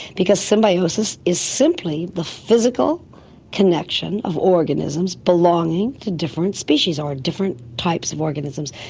because symbiosis is simply the physical connection of organisms belonging to different species or different types of organisms.